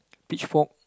pitch fork